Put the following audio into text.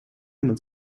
над